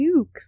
nukes